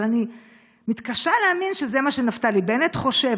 אבל אני מתקשה להאמין שזה מה שנפתלי בנט חושב,